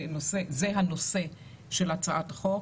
זה הנושא של הצעת החוק.